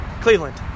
Cleveland